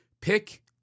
Pick